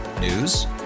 News